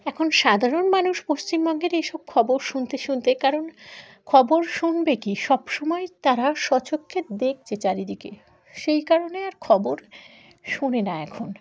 এখন সাধারণ মানুষ পশ্চিমবঙ্গের এইসব খবর শুনতে শুনতে কারণ খবর শুনবে কি সবসময় তারা সচক্ষে দেখছে চারিদিকে সেই কারণে আর খবর শোনে না এখন